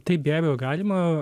taip be abejo galima